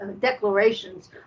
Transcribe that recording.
declarations